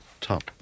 top